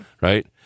right